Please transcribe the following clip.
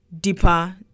deeper